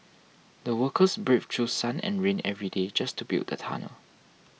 the workers braved through sun and rain every day just to build the tunnel